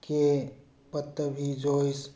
ꯀꯦ ꯄꯠꯇꯕꯤ ꯖꯣꯏꯁ